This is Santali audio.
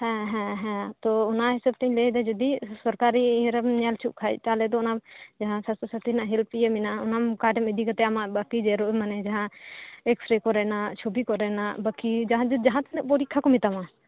ᱦᱮᱸ ᱦᱮᱸ ᱦᱮᱸ ᱛᱳ ᱚᱱᱟ ᱦᱤᱥᱟᱹᱵ ᱛᱤᱧ ᱞᱟᱹᱭ ᱮᱫᱟ ᱡᱮ ᱡᱩᱫᱤ ᱥᱚᱨᱠᱟᱨᱤ ᱤᱭᱟᱹ ᱨᱮᱢ ᱧᱮᱞ ᱚᱪᱚᱜ ᱠᱷᱟᱡ ᱛᱟᱦᱚᱞᱮ ᱫᱚ ᱚᱱᱟ ᱥᱟᱥᱛᱷᱚ ᱥᱟᱛᱷᱤ ᱨᱮᱭᱟᱜ ᱦᱮᱞᱯ ᱤᱭᱟᱹ ᱢᱮᱱᱟᱜᱼᱟ ᱚᱱᱟ ᱠᱟᱨᱰ ᱤᱫᱤ ᱠᱟᱛᱮᱫ ᱟᱢᱟᱜ ᱵᱟᱹᱠᱤ ᱤᱭᱟᱹ ᱢᱟᱱᱮ ᱡᱟᱸᱦᱟ ᱮᱠᱥᱮᱨᱮ ᱠᱚᱨᱮᱱᱟᱜ ᱪᱷᱩᱵᱤ ᱠᱚᱨᱮᱱᱟᱜ ᱵᱟᱹᱠᱤ ᱡᱟᱸᱦᱟ ᱛᱤᱱᱟᱹᱜ ᱯᱚᱨᱤᱠᱷᱟ ᱠᱚ ᱢᱮᱛᱟᱢᱟ